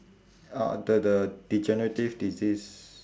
uh the the degenerative disease